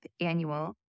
annual